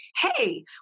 hey